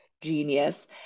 genius